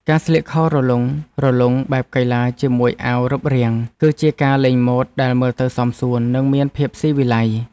ការស្លៀកខោរលុងៗបែបកីឡាជាមួយអាវរឹបរាង គឺជាការលេងម៉ូដដែលមើលទៅសមសួន និងមានភាពស៊ីវិល័យ។